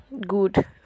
good